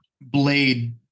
blade